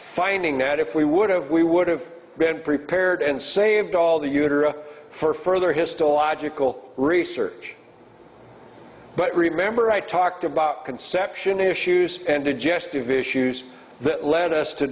finding that if we would have we would have been prepared and saved all the uterus for further histological research but remember i talked about conception issues and the jest of issues that led us to